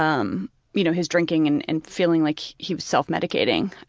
um you know, his drinking and and feeling like he was self-medicating.